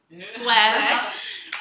Slash